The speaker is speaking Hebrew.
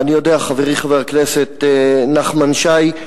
חברי חבר הכנסת נחמן שי,